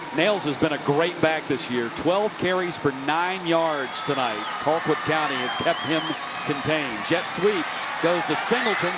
nails has been a great back this year. twelve carries for nine yards tonight. colquitt county has kept him contained. jeff sweep goes to singleton.